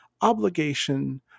obligation